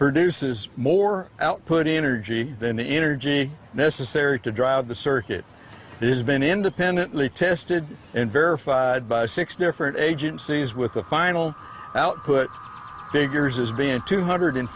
produces more output energy than the energy necessary to drive the circuit has been independently tested and verified by six different agencies with the final output figures as being two hundred